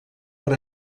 per